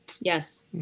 Yes